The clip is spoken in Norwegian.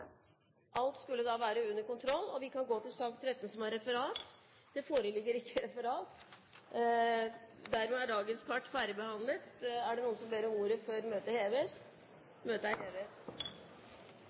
Alt skulle da være under kontroll, og vi kan gå til sak nr. 13. Det foreligger ikke noe referat. Er det noen som forlanger ordet før møtet heves?